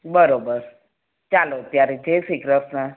બરાબર ચાલો ત્યારે જય શ્રી કૃષ્ણ